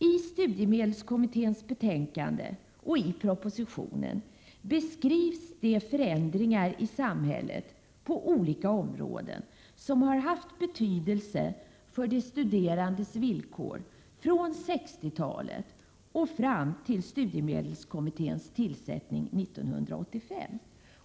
I studiemedelskommitténs betänkande och även i propositionen beskrivs de samhällsförändringar på olika områden som har haft betydelse för de studerandes villkor alltsedan 60-talet och fram till tillsättandet av studiemedelskommittén 1985.